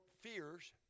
fears